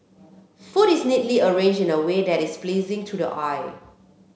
food is neatly arranged in a way that is pleasing to the eye